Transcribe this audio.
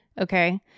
Okay